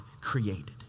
created